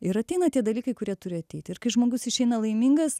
ir ateina tie dalykai kurie turi ateiti ir kai žmogus išeina laimingas